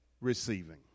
Receiving